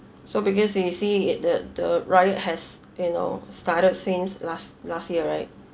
so because you see it the the riot has you know started since last last year right